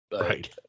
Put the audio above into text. Right